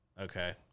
Okay